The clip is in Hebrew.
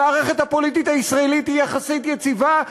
המערכת הפוליטית הישראלית היא יחסית יציבה,